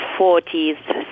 40s